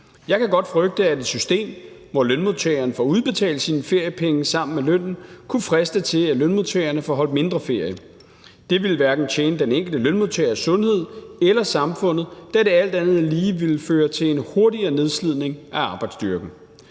Jeg kan godt frygte, at et system, hvor lønmodtageren får udbetalt sine feriepenge sammen med lønnen kunne friste til, at lønmodtagerne får holdt mindre ferie. Det ville hverken tjene den enkelte lønmodtagers sundhed eller samfundet, da det alt andet lige ville føre til en hurtigere nedslidning af arbejdsstyrken.